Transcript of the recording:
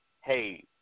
hey